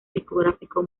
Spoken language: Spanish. discográfico